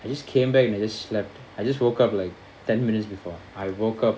I just came back and I just slept I just woke up like ten minutes before I woke up